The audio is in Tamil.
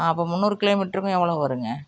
ஆ அப்போது முன்னூறு கிலோமீட்டருக்கும் எவ்வளோ வருங்க